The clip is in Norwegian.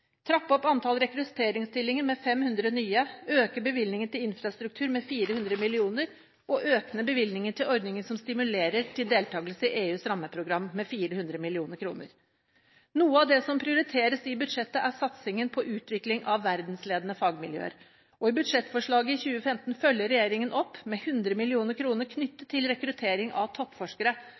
trappe opp antall rekrutteringsstillinger med 500 nye, øke bevilgningen til infrastruktur med 400 mill. kr og øke bevilgningen til ordningen som stimulerer til deltakelse i EUs rammeprogram, med 400 mill. kr. Noe av det som prioriteres i budsjettet, er satsingen på utvikling av verdensledende fagmiljøer. I budsjettforslaget for 2015 følger regjeringen opp med 100 mill. kr knyttet til rekruttering av toppforskere,